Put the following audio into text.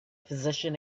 physician